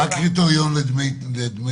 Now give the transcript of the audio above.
מה הקריטריון של דמי מחיה?